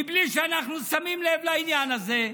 בלי שאנחנו שמים לב לעניין הזה,